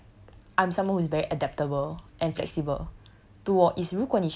I I feel like I'm someone who is very adaptable and flexible